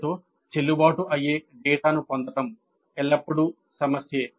సర్వేతో చెల్లుబాటు అయ్యే డేటాను పొందడం ఎల్లప్పుడూ సమస్య